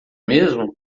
mesmo